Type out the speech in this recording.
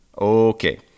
Okay